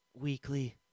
weekly